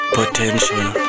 potential